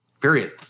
period